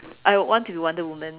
I would want to be Wonder Woman